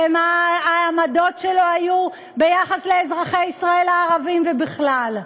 ומה היו העמדות שלו ביחס לאזרחי ישראל הערבים ובכלל.